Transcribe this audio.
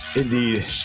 indeed